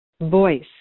voice